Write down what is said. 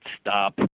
stop